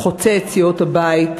חוצה את סיעות הבית.